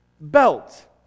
belt